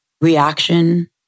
reaction